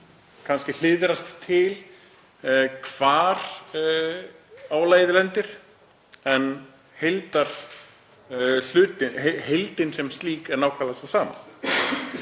kannski hliðrast til hvar álagið lendir en heildin sem slík er nákvæmlega sú sama.